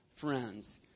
friends